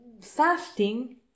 fasting